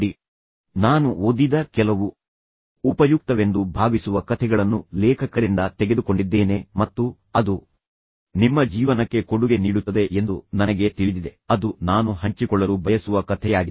ನಿಮ್ಮ ಬಳಿ ಕೆಲವು ಕಥೆಗಳಿವೆ ನಾನು ಓದಿದ ಕೆಲವು ನನ್ನ ಜೀವನದಲ್ಲಿ ಉಪಯುಕ್ತವೆಂದು ನಾನು ಭಾವಿಸುವ ಯಾವುದನ್ನಾದರೂ ಕೆಲವು ಕಥೆಗಳನ್ನು ಲೇಖಕರಿಂದ ತೆಗೆದುಕೊಂಡಿದ್ದೇನೆ ಮತ್ತು ಅದು ನನ್ನ ಮೇಲೆ ಪರಿಣಾಮ ಬೀರುತ್ತದೆ ಮತ್ತು ನಂತರ ನಿಮ್ಮ ಜೀವನಕ್ಕೆ ಕೊಡುಗೆ ನೀಡುತ್ತದೆ ಎಂದು ನನಗೆ ತಿಳಿದಿದೆ ಮತ್ತು ಅದು ನಾನು ಹಂಚಿಕೊಳ್ಳಲು ಬಯಸುವ ಕಥೆಯಾಗಿದೆ